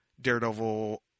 Daredevil